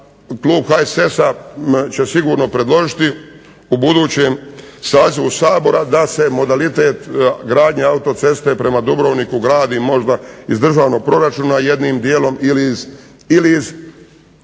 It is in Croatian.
klub HSS-a će sigurno predložiti u budućem sazivu Sabora da se modalitet gradnje autoceste prema Dubrovniku gradi možda iz državnog proračuna jednim dijelom ili iz